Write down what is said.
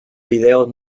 vídeos